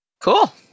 Cool